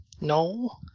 No